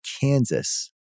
Kansas